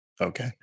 okay